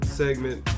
segment